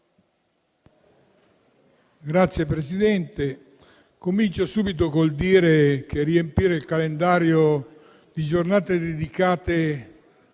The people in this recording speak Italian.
Signor Presidente, inizio subito col dire che riempire il calendario di giornate dedicate